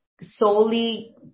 solely